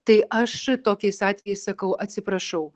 tai aš tokiais atvejais sakau atsiprašau